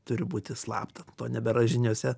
turi būti slapta to nebėra žiniose